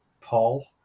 Paul